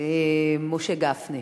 משה גפני.